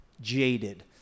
jaded